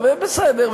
ובסדר,